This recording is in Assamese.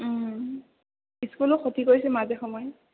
স্কুলো খতি কৰিছে মাজে সময়ে